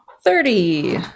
thirty